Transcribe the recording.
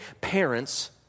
parents